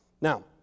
Now